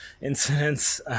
incidents